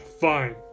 Fine